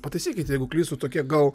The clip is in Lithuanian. pataisykit jeigu klystu tokie gal